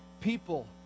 people